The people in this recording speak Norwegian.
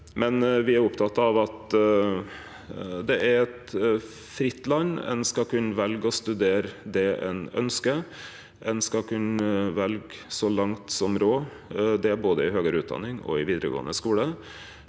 er me opptekne av at det er eit fritt land. Ein skal kunne velje å studere det ein ønskjer. Ein skal kunne velje så langt råd er, både i høgare utdanning og i vidaregåande skule.